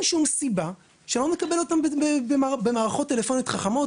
שום סיבה שלא נקבל אותם במערכות טלפוניות חכמות,